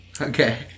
Okay